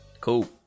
Cool